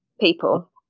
people